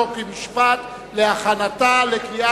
חוק ומשפט נתקבלה.